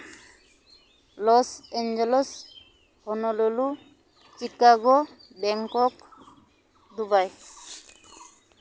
loss Angeles Honolulu Chicago Bangkok Dubai